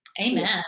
Amen